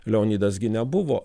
leonidas gi nebuvo